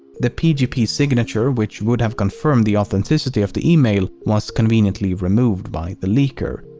the pgp signature, which would have confirmed the authenticity of the email, was conveniently removed by the leaker.